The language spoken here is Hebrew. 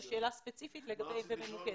זו שאלה ספציפית וממוקדת.